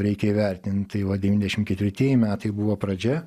reikia įvertint tai va devyniasdešim ketvirtieji metai buvo pradžia